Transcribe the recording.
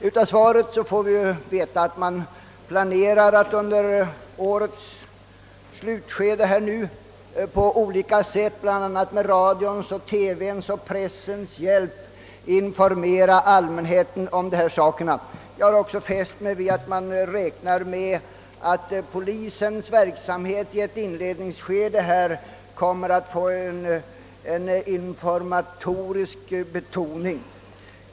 Av svaret framgår att man planerar att under årets slutskede på olika sätt, bl.a. med radions, TV:ns och pressens hjälp, informera allmänheten om dessa ting. Jag har också fäst mig vid att man räknar med att polisens verksamhet i ett inledningsskede kommer att få en informatorisk betoning.